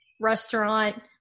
restaurant